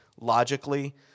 logically